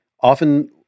often